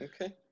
Okay